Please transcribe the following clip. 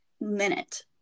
minute